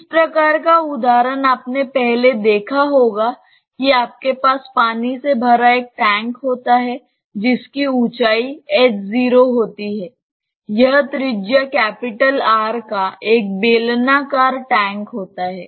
इस प्रकार का उदाहरण आपने पहले देखा होगा कि आपके पास पानी से भरा एक टैंक होता है जिसकी ऊँचाई h0 होती है यह त्रिज्या R का एक बेलनाकार टैंक होता है